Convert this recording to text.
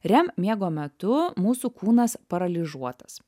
rem miego metu mūsų kūnas paralyžiuotas